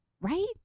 right